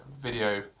video